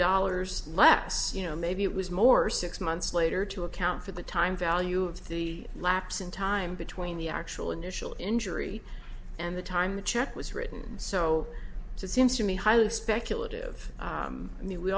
dollars less you know maybe it was more six months later to account for the time value of the lapse in time between the actual initial injury and the time the check was written so seems to me highly speculative